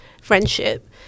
friendship